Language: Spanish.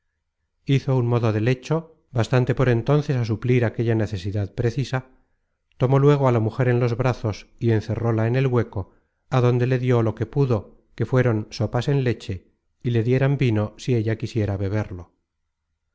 hizo un modo de lecho bastante por entonces á suplir aquella necesidad precisa tomó luego á la mujer en los brazos y encerróla en el hueco adonde le dió lo que pudo que fueron sopas en leche y le dieran vino si ella quisiera beberlo